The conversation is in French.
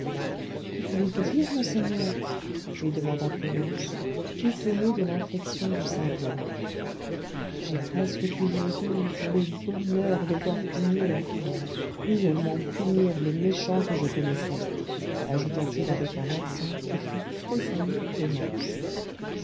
que voulez-vous dire monseigneur lui demanda clémence étonnée de l'inflexion de sa voix j'ai presque toujours eu le bonheur de voir punir oh cruellement punir les méchants que je connaissais ajouta-t-il avec un accent qui fit tressaillir clémence